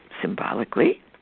symbolically